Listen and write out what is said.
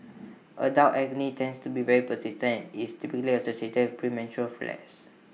adult acne tends to be very persistent IT is typically associated premenstrual flares